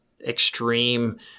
extreme